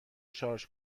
شارژ